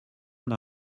n’a